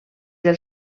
del